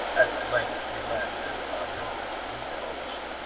at length we landed on your libyan coast.